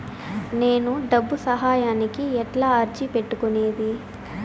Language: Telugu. నేను డబ్బు సహాయానికి ఎట్లా అర్జీ పెట్టుకునేది?